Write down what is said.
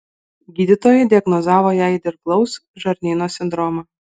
gydytojai diagnozavo jai dirglaus žarnyno sindromą